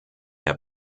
herr